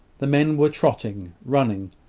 the men were trotting, running.